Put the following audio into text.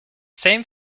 same